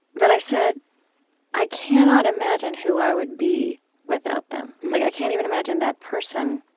but i said i cannot imagine who i would be without them. like i can't even imagine that person.